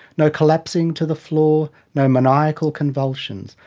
no collapsing to the floor, no maniacal convulsions,